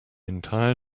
entire